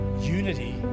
unity